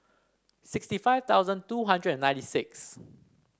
sixty five thousand two hundred and ninety six